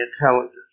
intelligence